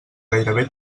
gairebé